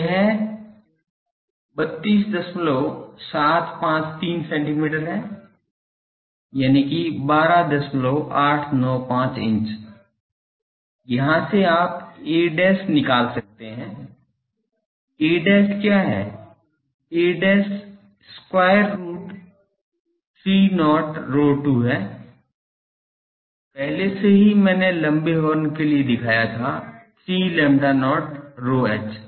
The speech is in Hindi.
तो यह 32753 सेंटीमीटर है 12895 इंच यहां से आप a' निकाल सकते हैं a क्या है a square root 3 lambda not ρ2 है पहले से ही मैंने लंबे हॉर्न के लिए दिखाया था 3 lambda not ρh